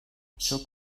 çok